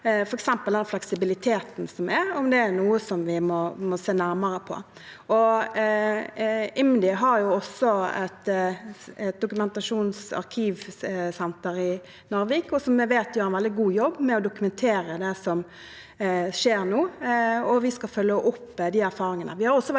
f.eks. om fleksibiliteten, som noe vi må se nærmere på. IMDi har også et dokumentasjonsarkivsenter i Narvik, som vi vet gjør en veldig god jobb med å dokumentere det som skjer nå, og vi skal følge opp disse erfaringene.